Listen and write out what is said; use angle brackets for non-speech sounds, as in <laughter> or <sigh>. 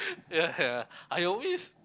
<laughs> ya ya I always